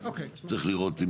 צריך לראות,